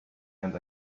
and